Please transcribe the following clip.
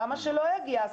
למה שלא יגיע?